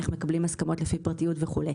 איך מקבלים הסכמות לפי פרטיות וכו'.